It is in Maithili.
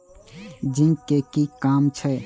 जिंक के कि काम छै?